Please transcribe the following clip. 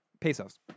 Pesos